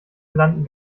landen